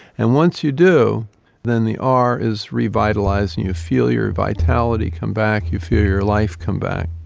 and once you do then the r is revitalising, you feel your vitality come back, you feel your life come back.